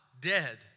dead